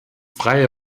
freie